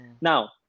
Now